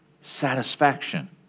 satisfaction